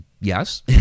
Yes